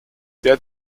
der